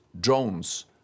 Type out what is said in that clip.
drones